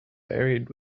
varied